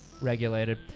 regulated